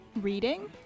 Reading